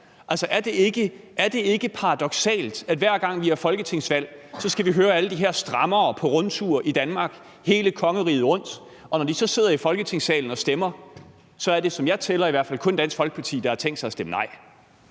Er det ikke paradoksalt, at hver gang vi har folketingsvalg, skal vi høre på alle de her strammere på rundtur i Danmark, hele kongeriget rundt, og når de så sidder i Folketingssalen og stemmer, er det – som jeg i hvert fald kan tælle mig frem til – kun Dansk Folkeparti, der har tænkt sig at stemme nej?